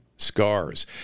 Scars